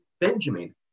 Benjamin